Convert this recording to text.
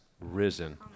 risen